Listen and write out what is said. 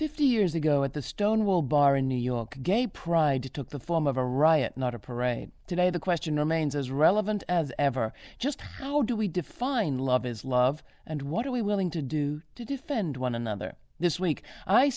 fifty years ago at the stonewall bar in new york gay pride took the form of a riot not a parade today the question remains as relevant as ever just how do we define love is love and what are we willing to do to defend one another this week i